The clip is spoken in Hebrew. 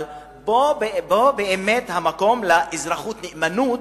אבל פה באמת המקום לאזרחות, לנאמנות,